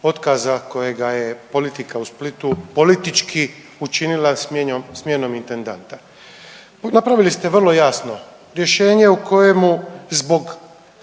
kojega je politika u Splitu politički učinila smjenom intendanta. Napravili ste vrlo jasno rješenje u kojemu zbog